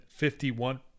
51